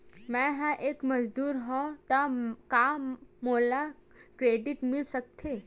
मैं ह एक मजदूर हंव त का मोला क्रेडिट मिल सकथे?